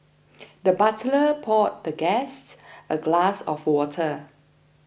the butler poured the guest a glass of water